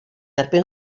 erbyn